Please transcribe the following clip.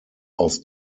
aus